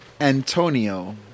Antonio